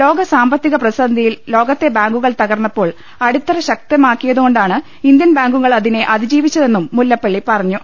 ലോക സാമ്പത്തിക പ്രതിസന്ധിയിൽ ലോകത്തെ ബാങ്കുകൾ തക്കർന്ന്പ്പോൾ അടിത്തറ ശക്തമാക്കിയതുകൊ ണ്ടാണ് ഇന്ത്യൻ ബാങ്കുകൾ അതിനെ അതിജീവിച്ചതെന്നും മുല്ലപ്പള്ളി പറഞ്ഞു